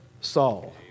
Saul